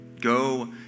go